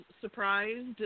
surprised